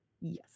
Yes